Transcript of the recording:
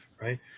right